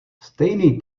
stejný